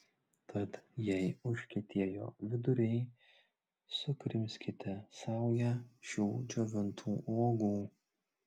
tad jei užkietėjo viduriai sukrimskite saują šių džiovintų uogų